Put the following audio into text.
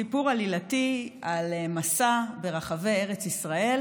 סיפור עלילתי על מסע ברחבי ארץ ישראל,